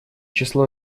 число